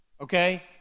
okay